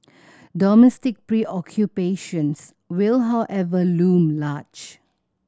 domestic preoccupations will however loom large